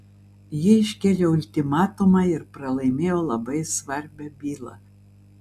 ji iškėlė ultimatumą ir pralaimėjo labai svarbią bylą